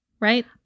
right